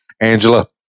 Angela